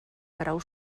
grau